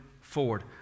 forward